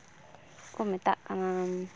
ᱠᱚ ᱢᱮᱛᱟᱜ ᱠᱟᱱᱟ